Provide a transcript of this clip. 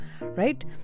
right